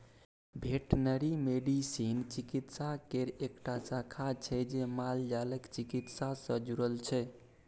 veterinary medicine चिकित्सा केर एकटा शाखा छै जे मालजालक चिकित्सा सँ जुरल छै